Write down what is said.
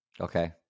okay